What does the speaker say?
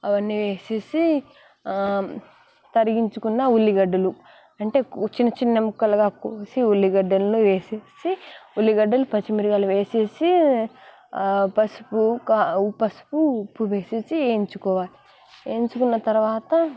అవన్నీ వేసేసి తరిగించుకున్న ఉల్లిగడ్డలు అంటే చిన్న చిన్న ముక్కలుగా కోసి ఉల్లిగడ్డల్ను వేసేసి ఉల్లిగడ్డలు పచ్చి మిరియాలు వేసేసి పసుపు ఆ పసుపు ఉప్పు వేసేసి ఏయించుకోవాలి వేయించుకున్న తర్వాత